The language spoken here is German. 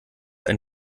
ein